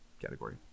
category